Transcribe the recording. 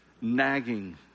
nagging